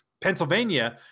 Pennsylvania